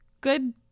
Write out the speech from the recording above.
Good